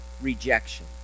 rejection